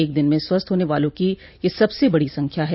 एक दिन में स्वस्थ हाने वालों की यह सबसे बडी संख्या है